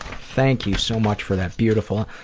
thank you so much for that beautiful